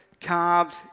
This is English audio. carved